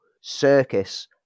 circus